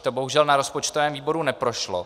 To bohužel na rozpočtovém výboru neprošlo.